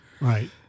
Right